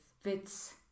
fits